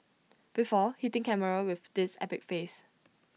before hitting camera with this epic face